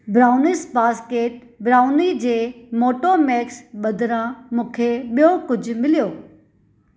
brownies basket brownie जे Motomax बदिरां मूंखे ॿियो कुझु मिलियो